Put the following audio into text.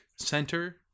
center